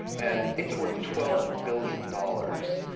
and it's worth twelve billion dollars,